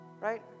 Right